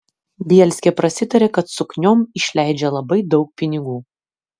bielskė prasitarė kad sukniom išleidžia labai daug pinigų